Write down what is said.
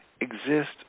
exist